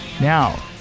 Now